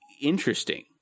interesting